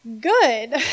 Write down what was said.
good